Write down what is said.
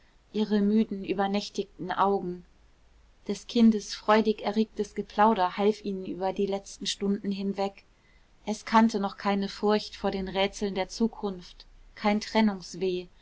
ihre müden übernächtigen augen des kindes freudig erregtes geplauder half ihnen über die letzten stunden hinweg es kannte noch keine furcht vor den rätseln der zukunft kein